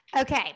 Okay